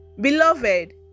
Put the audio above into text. Beloved